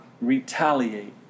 retaliate